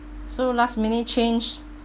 so last minute change